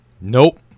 Nope